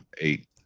eight